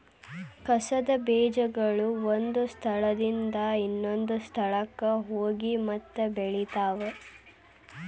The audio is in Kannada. ಕಸದ ಬೇಜಗಳು ಒಂದ ಸ್ಥಳದಿಂದ ಇನ್ನೊಂದ ಸ್ಥಳಕ್ಕ ಹೋಗಿ ಮತ್ತ ಬೆಳಿತಾವ